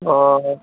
অ' হয়